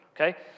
okay